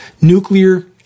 Nuclear